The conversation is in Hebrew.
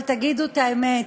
אבל תגידו את האמת,